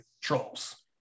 trolls